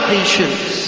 Patience